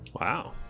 Wow